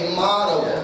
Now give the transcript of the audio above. model